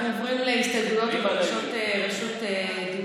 אנחנו עוברים להסתייגויות ולרשות דיבור.